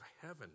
heaven